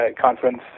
Conference